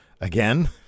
again